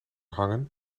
hangen